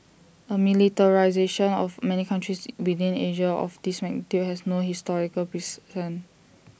A militarisation of many countries within Asia of this magnitude has no historical precedent